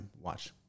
Watch